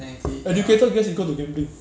educated guess equals to gambling